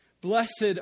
Blessed